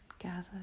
gathered